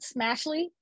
smashly